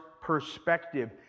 perspective